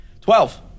Twelve